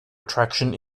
attraction